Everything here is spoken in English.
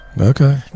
Okay